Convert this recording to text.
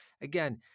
again